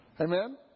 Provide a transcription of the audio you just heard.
Amen